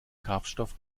kraftstoff